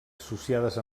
associades